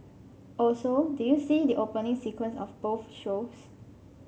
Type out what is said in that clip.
also did you see the opening sequence of both shows